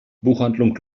buchhandlung